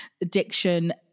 Addiction